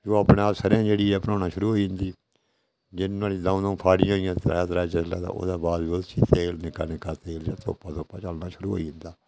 फ्ही ओह् सरयां जेह्डी ऐ आपने आप प्योना शूरु होई जंदी द'ऊं द'ऊं फाडियां त्रै त्रै फाड़ियां ओह्दे बाद बी ओह् निक्का निक्का तेल तोपा तोपा चलना शूरू होई जंदा